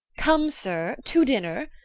come, sir, to dinner.